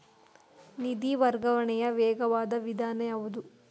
ನಿಧಿ ವರ್ಗಾವಣೆಯ ವೇಗವಾದ ವಿಧಾನ ಯಾವುದು?